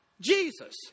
Jesus